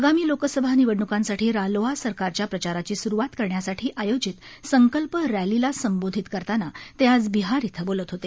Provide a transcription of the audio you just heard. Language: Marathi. आगामी लोकसभा निवडण्कांसाठी रालोआ सरकारच्या प्रचाराची स्रवात करण्यासाठी आयोजित संकल्प रक्षीला संबोधित करताना ते आज बिहार इथं बोलत होते